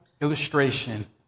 illustration